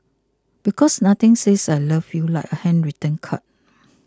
because nothing says I love you like a handwritten card